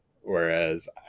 Whereas